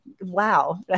wow